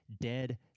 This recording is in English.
dead